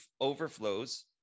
overflows